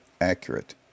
accurate